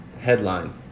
Headline